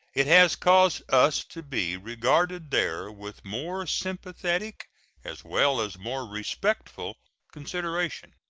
it has caused us to be regarded there with more sympathetic as well as more respectful consideration.